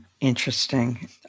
Interesting